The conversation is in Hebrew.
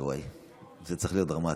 זה צריך להיות דרמטי.